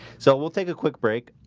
so we'll take a quick break